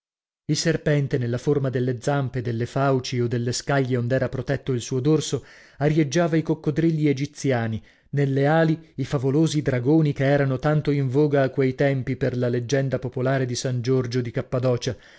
il serpente nella forma delle zampe delle fauci e dello scaglie ond'era protetto il suo dorso arieggiava i coccodrilli egiziani nelle ali i favolosi dragoni che erano tanto in voga a quei tempi per la leggenda popolare di san giorgio di cappadocia